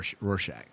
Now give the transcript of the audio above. Rorschach